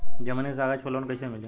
जमीन के कागज पर लोन कइसे मिली?